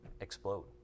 explode